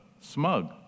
smug